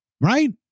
right